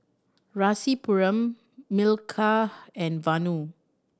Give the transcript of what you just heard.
Rasipuram Milkha and Vanu